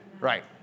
Right